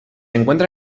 encuentra